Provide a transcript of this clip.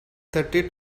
thirty